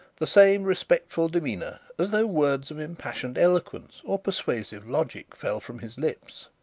the same respectful demeanour as though words of impassioned eloquence, or persuasive logic, fell from his lips.